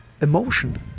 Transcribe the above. emotion